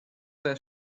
there